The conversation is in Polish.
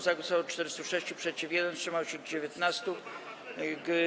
Za głosowało 406, przeciw - 1, wstrzymało się 19.